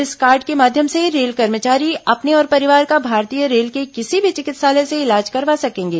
इस कार्ड के माध्यम से रेल कर्मचारी अपने और परिवार का भारतीय रेल के किसी भी चिकित्सालय से इलाज करवा सकेंगे